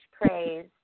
praise